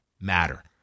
matter